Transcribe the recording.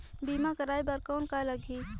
बीमा कराय बर कौन का लगही?